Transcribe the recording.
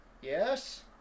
Yes